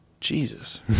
Jesus